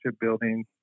building